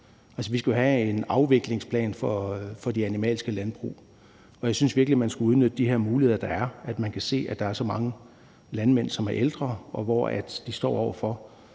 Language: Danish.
stoppe. Vi skal jo have en afviklingsplan for de animalske landbrug, og jeg synes virkelig, at man skulle udnytte de her muligheder, der er, altså at man kan se, at der er så mange landmænd, som er ældre, og som står over for